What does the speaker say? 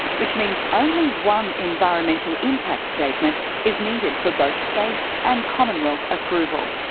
which means only one environmental impact statement is needed for both state and commonwealth approval.